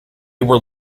were